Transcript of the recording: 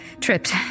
Tripped